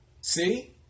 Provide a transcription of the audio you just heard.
See